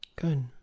Good